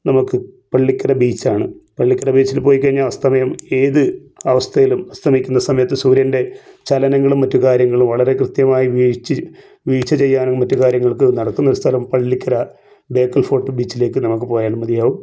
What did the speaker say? നമുക്ക് പള്ളിക്കര ബീച്ചാണ് പള്ളിക്കര ബീച്ചിൽ പോയി കഴിഞ്ഞാൽ അസ്തമയം ഏത് അവസ്ഥയിലും അസ്തമിക്കുന്ന സമയത്ത് സൂര്യൻ്റെ ചലനങ്ങളും മറ്റു കാര്യങ്ങളും വളരെ കൃത്യമായി വീഴ്ച വീഴ്ച ചെയ്യാനും മറ്റു കാര്യങ്ങൾക്കും ഒക്കെ നടക്കുന്ന ഒരു സ്ഥലം പള്ളിക്കര ബേക്കൽ ഫോർട്ട് ബീച്ചിലേക്ക് നമുക്ക് പോയാൽ മതിയാകും